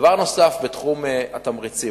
דבר נוסף בתחום התמריצים,